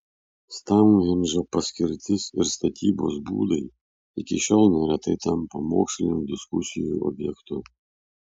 stounhendžo paskirtis ir statybos būdai iki šiol neretai tampa mokslinių diskusijų objektu